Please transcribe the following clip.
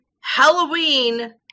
Halloween